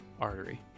artery